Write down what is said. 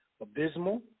Abysmal